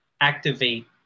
activate